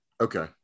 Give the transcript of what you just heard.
Okay